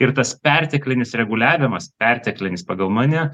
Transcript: ir tas perteklinis reguliavimas perteklinis pagal mane